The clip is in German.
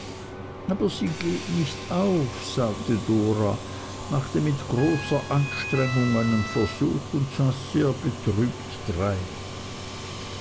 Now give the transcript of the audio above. aber sie geht nicht auf sagte dora machte mit großer anstrengung einen versuch und sah sehr betrübt drein